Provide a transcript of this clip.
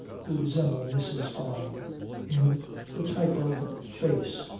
who resemble mrs. fyne in the type of face,